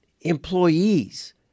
employees